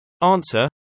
Answer